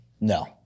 no